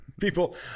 people